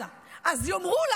לא,